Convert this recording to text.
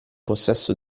possesso